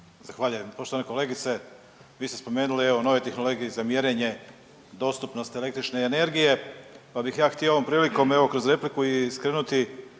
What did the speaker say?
Zahvaljujem. Poštovana kolegice, vi ste spomenuli nove tehnologije za mjerenje dostupnosti električne energije pa bih ja htio ovom prilikom kroz repliku skrenuti